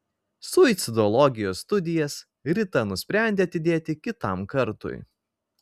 suicidologijos studijas rita nusprendė atidėti kitam kartui